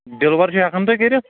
deliver چھُو ہیٚکان تُہۍ کٔرِتھ